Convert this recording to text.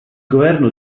governo